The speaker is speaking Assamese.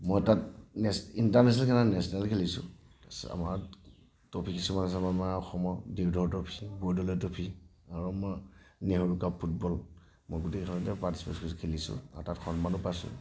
মই তাত ইণ্টাৰনেচেনেল খেলা নাই নেচেনেল খেলিছোঁ তাৰ পাছত আমাৰ ট্ৰফী কিছুমান আছে আমাৰ অসমৰ দেওধৰ ট্ৰফী বৰদলৈ ট্ৰফী আৰু আমাৰ নেহেৰু কাপ ফুটবল মই গোটেই কেইখনতে পাৰটিচিপেট কৰিছোঁ খেলিছোঁ আৰু তাত সন্মানো পাইছোঁ